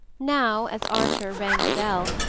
now, as archer rang the bell,